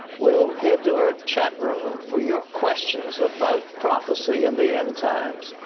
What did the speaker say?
we'll head to our chat room for your questions about prophecy and the end times.